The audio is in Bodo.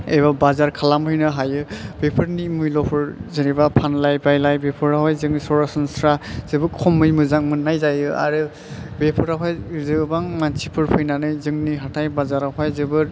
एबा बाजार खालामहैनो हायो बेफोरनि मुइल'फोर जेनोबा फानलाय बायलाय बेफोरावहाय सरासनस्रा जेबो खमै मोजां मोननाय जायो आरो बेफोरावहाय गोबां मानसिफोर फैनानै जोंनि हाथाय बाजारावहाय जोबोर